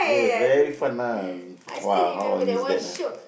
it is very fun lah !wah! how I miss that ah